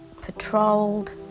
patrolled